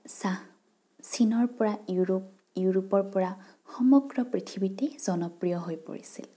চাহ চীনৰ পৰা ইউৰোপ ইউৰোপৰ পৰা সমগ্ৰ পৃথিৱীতেই জনপ্ৰিয় হৈ পৰিছিল